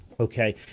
Okay